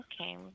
Okay